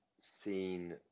seen